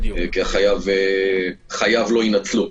כי חייו לא יינצלו.